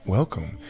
Welcome